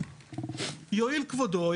יואיל כבודו,